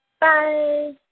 bye